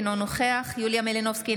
אינו נוכח יוליה מלינובסקי,